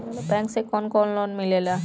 Bank से कौन कौन लोन मिलेला?